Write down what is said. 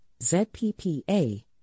ZPPA